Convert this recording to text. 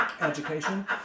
education